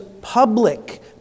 public